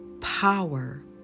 power